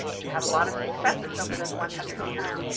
we've had a lot of successes over those one hundred years,